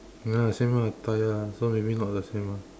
ya same lah tyre ah so maybe not the same lah